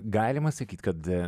galima sakyt kad